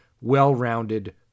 well-rounded